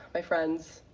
my friends,